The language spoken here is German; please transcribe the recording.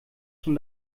schon